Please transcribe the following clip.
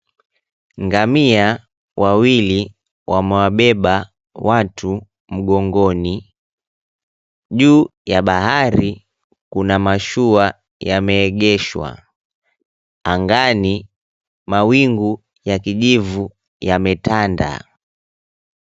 Ngamia wawili wamewabeba watu mgongoni, juu ya bahari kuna mashua yameegeshwa. Angani mawungu ya kijivu yametanda.